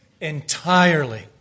entirely